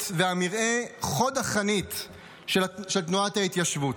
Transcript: והמרעה חוד החנית של תנועת ההתיישבות.